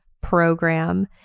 program